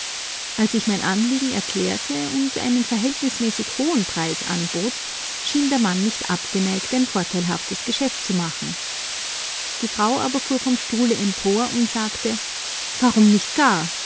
als ich mein anliegen erklärte und einen verhältnismäßig hohen preis anbot schien der mann nicht abgeneigt ein vorteilhaftes geschäft zu machen die frau aber fuhr vom stuhle empor und sagte warum nicht gar